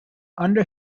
under